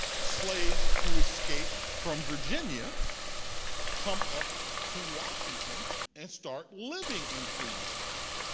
slaves who escaped from virginia come up to washington and start living in freedman's village.